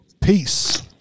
Peace